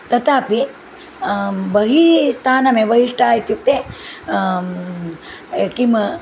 तथापि बहिः स्थानं बहिष्ठः इत्युक्ते किम्